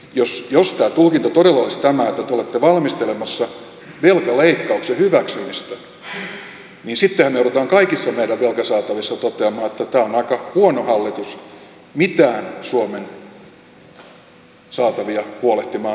jos tämä tulkinta todella olisi tämä että te olette valmistelemassa velkaleikkauksen hyväksymistä niin sittenhän me joudumme kaikissa meidän velkasaatavissamme toteamaan että tämä on aika huono hallitus mitään suomen saatavia huolehtimaan